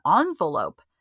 envelope